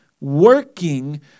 working